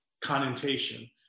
connotation